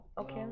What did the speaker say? Okay